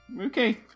okay